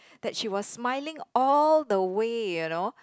that she was smiling all the way you know